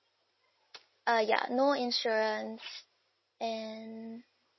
uh ya no insurance and